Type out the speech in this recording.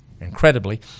Incredibly